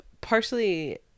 partially